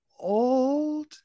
old